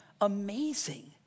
amazing